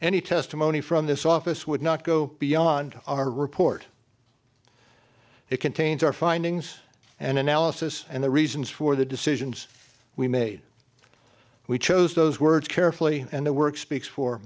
any testimony from this office would not go beyond our report it contains our findings and analysis and the reasons for the decisions we made we chose those words carefully and the work speaks for